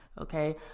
Okay